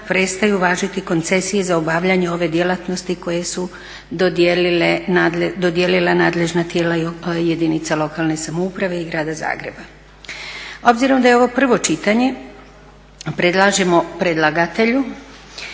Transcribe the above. prestaju važiti koncesije za obavljanje ove djelatnosti koje su dodijelile nadležna tijela, jedinice lokalne samouprave i Grada Zagreba. Obzirom da je ovo prvo čitanje predlažemo predlagatelju